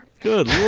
Good